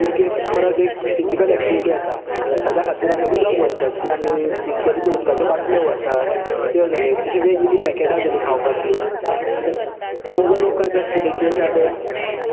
trekking म्हणले की परत एक फिजीकल एक्टिवीटी येता तर ताज्या खातीर आमी उदक व्हरतात जे आमी बिसलरीचे उदकाच्या बाटल्यो व्हरतात त्यो जाल्या तश्यो वेगवेगळी पॅकेटां जाली खावपाची जाल्यार खूब लोक करतात कितें की अशें आतां एक